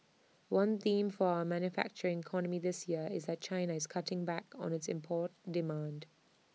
one theme for our manufacturing economy this year is that China is cutting back on its import demand